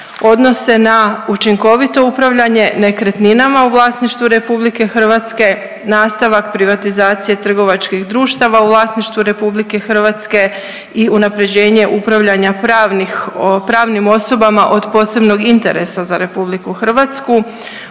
odnose na učinkovito upravljanje nekretninama u vlasništvu RH, nastavak privatizacije trgovačkih društava u vlasništvu RH i unaprjeđenje upravljanja pravnih, pravnim osobama od posebnog interesa za RH, učinkovito